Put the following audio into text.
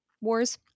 wars